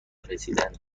رسیدند